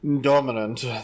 dominant